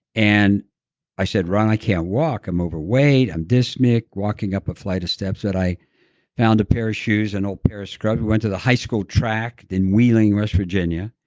and i said, ron, i can't walk. i'm overweight, i'm dyspneic. walking up a flight of steps that i found a pair of shoes and old pair of scrub we went to the high school track in hen wheeling, west virginia.